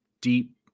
deep